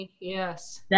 Yes